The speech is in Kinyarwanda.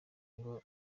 ngo